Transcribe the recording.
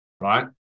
right